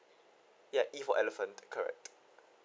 ya E for elephant correct